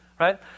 right